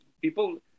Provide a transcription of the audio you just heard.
people